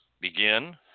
begin